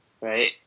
right